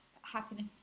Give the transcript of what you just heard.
happiness